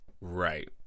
Right